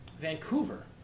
Vancouver